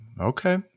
Okay